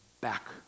back